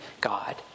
God